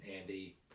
Andy